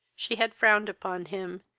she had frowned upon him,